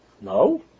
No